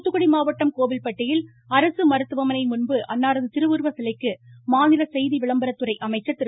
தூத்துக்குடி மாவட்டம் கோவில்பட்டியில் அரசு மருத்துவமனை முன்பு அன்னாரது திருவுருவ சிலைக்கு மாநில செய்தி விளம்பரத்துறை அமைச்சர் திரு